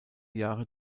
jahre